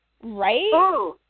Right